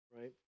right